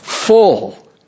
Full